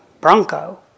Bronco